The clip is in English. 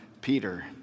Peter